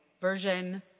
version